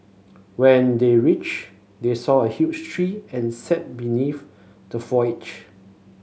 when they reached they saw a huge tree and sat beneath the foliage